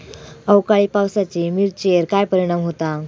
अवकाळी पावसाचे मिरचेर काय परिणाम होता?